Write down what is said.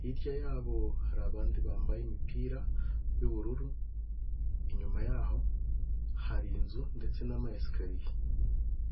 hirya yabo hari abandi bambaye imipira y'ubururu, inyuma yaho hari inzu ndetse n'ama esikariye.